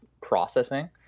processing